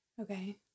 Okay